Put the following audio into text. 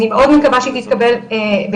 אני מאוד מקווה שהיא תתקבל בקרוב,